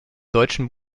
deutschen